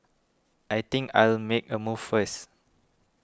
I think I'll make a move first